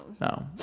No